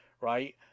right